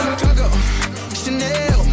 Chanel